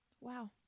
Wow